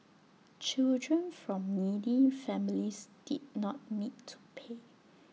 children from needy families did not need to pay